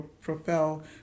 propel